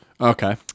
Okay